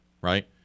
right